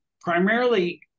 primarily